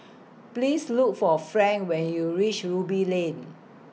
Please Look For Frank when YOU REACH Ruby Lane